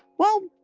well,